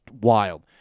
wild